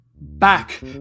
Back